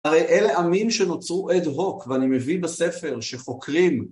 הרי אלה עמים שנוצרו אד הוק ואני מביא בספר שחוקרים